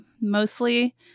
mostly